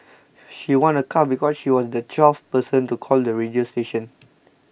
she won a car because she was the twelfth person to call the radio station